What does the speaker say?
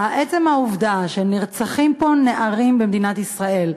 עצם העובדה שנרצחים פה נערים במדינת ישראל,